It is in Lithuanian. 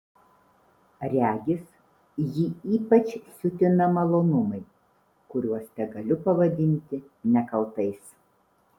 regis jį ypač siutina malonumai kuriuos tegaliu pavadinti nekaltais